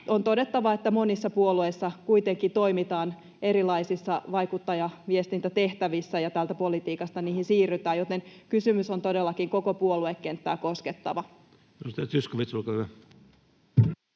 On todettava, että monissa puolueissa kuitenkin toimitaan erilaisissa vaikuttajaviestintätehtävissä ja täältä politiikasta niihin siirrytään, joten kysymys on todellakin koko puoluekenttää koskettava.